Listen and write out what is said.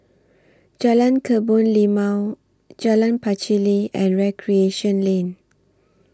Jalan Kebun Limau Jalan Pacheli and Recreation Lane